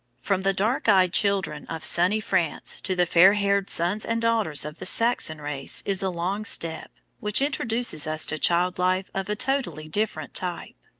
from the dark-eyed children of sunny france to the fair-haired sons and daughters of the saxon race is a long step, which introduces us to child-life of a totally different type.